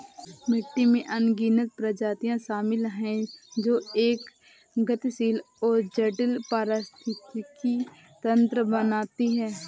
मिट्टी में अनगिनत प्रजातियां शामिल हैं जो एक गतिशील और जटिल पारिस्थितिकी तंत्र बनाती हैं